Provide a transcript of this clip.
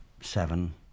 seven